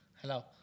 hello